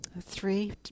three